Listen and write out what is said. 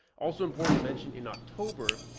also important to mention in october,